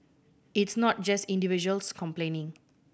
it's not just individuals complaining